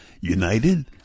united